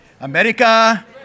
America